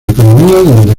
economía